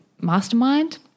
mastermind